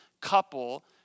couple